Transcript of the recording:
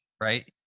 right